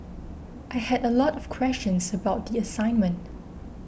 I had a lot of questions about the assignment